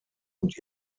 und